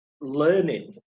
learning